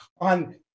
on